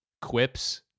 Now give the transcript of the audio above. quips